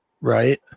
Right